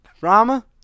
Rama